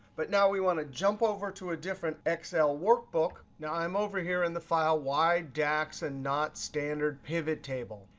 but now we want to jump over to a different excel workbook. now, i'm over here in the file why dax and not standard pivot table.